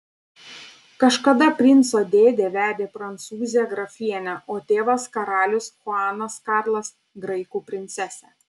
kažkada princo dėdė vedė prancūzę grafienę o tėvas karalius chuanas karlas graikų princesę